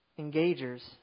engagers